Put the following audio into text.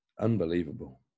unbelievable